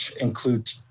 include